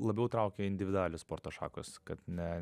labiau traukė individualios sporto šakos kad ne